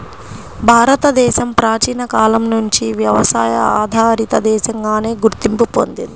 భారతదేశం ప్రాచీన కాలం నుంచి వ్యవసాయ ఆధారిత దేశంగానే గుర్తింపు పొందింది